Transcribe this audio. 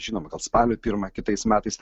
žinom gal spalio pirmą kitais metais